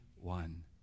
one